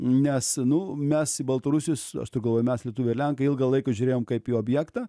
nes nu mes į baltarusius aš turiu galvoj mes lietuviai ir lenkai ilgą laiką žiūrėjom kaip į objektą